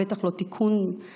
בטח לא תיקון מדינה,